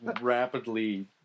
rapidly